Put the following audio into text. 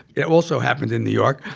it also happened in new york.